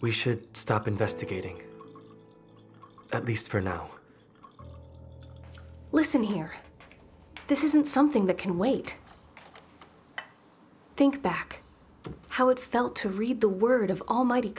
we should stop investigating at least for now listen here this isn't something that can wait think back to how it felt to read the word of almighty